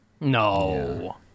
No